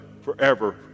forever